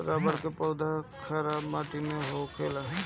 रबड़ के पौधा खराब माटी में भी होखेला